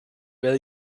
will